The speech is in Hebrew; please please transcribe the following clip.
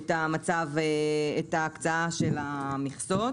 ההקצאה של המכסות,